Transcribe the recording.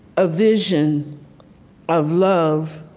a vision of love